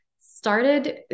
started